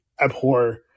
abhor